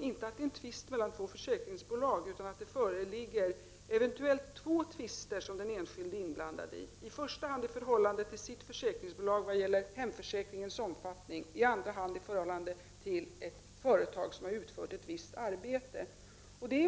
inte föreligger en tvist mellan två försäkringsbolag, utan det föreligger eventuellt två tvister som den enskilde är inblandad i: i första hand i förhållande till sitt försäkringsbolag när det gäller hemförsäkringens omfattning, i andra hand i förhållande till ett företag som har utfört ett visst arbete.